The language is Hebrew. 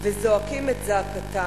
וזועקים את זעקתם,